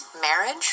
Marriage